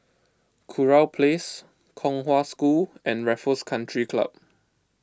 Kurau Place Kong Hwa School and Raffles Country Club